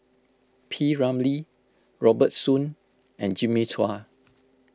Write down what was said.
P Ramlee Robert Soon and Jimmy Chua